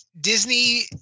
Disney